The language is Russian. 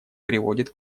приводит